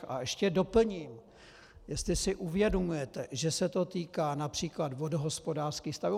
A ještě doplním, jestli si uvědomujete, že se to týká například vodohospodářských staveb.